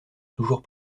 toujours